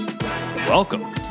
Welcome